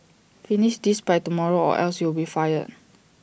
finish this by tomorrow or else you'll be fired